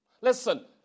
Listen